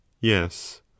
yes